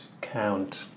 count